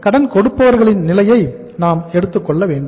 கடன் கொடுப்பவர்களின் நிலையை எடுத்துக்கொள்ள வேண்டும்